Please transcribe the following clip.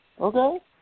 Okay